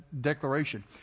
declaration